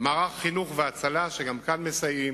עד מערך חילוץ והצלה, שגם כאן מסייעים,